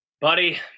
Buddy